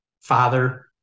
father